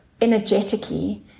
energetically